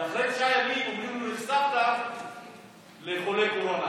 ואחרי תשעה ימים אומרים לו: נחשפת לחולה קורונה.